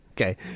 Okay